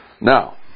Now